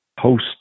host